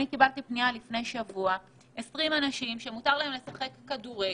לפני שבוע קיבלתי פנייה על עשרים אנשים שמותר להם לשחק כדורגל,